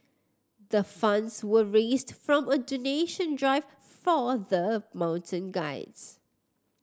the funds were raised from a donation drive for the mountain guides